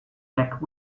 black